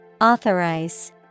Authorize